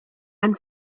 and